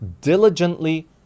Diligently